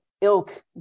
ilk